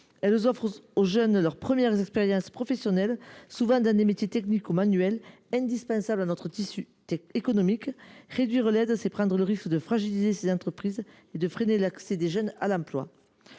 Elles offrent aux jeunes leurs premières expériences professionnelles, souvent dans des métiers techniques ou manuels, indispensables à notre tissu économique. Réduire l’aide à l’apprentissage, c’est prendre le risque de fragiliser ces entreprises et de freiner l’accès des jeunes à l’emploi.